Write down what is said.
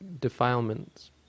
defilements